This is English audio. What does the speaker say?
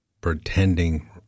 pretending